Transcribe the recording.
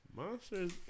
Monsters